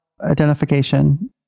identification